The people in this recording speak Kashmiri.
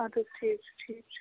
اَدٕ حظ ٹھیٖک چھُ ٹھیٖک چھُ